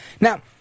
Now